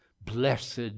blessed